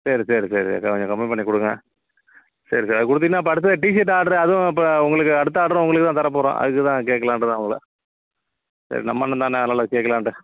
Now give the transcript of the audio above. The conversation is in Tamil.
சரி சரி சரி கொஞ்சம் கம்மி பண்ணிக்கொடுங்க சரி சார் அதை கொடுத்திங்கன்னா இப்போ அடுத்தது டீசர்ட் ஆட்ரு அதுவும் இப்போ உங்களுக்கு அடுத்த ஆட்ரும் உங்களுக்குதான் தர போகிறோம் அதுக்குதான் கேட்கலான்டுதான் உங்களை சரி நம்ம அண்ணந்தானே அதனால் கேட்கலான்ட்டு